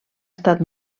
estat